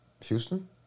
Houston